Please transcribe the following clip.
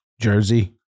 jersey